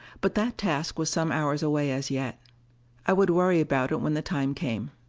but that task was some hours away as yet i would worry about it when the time came.